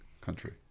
country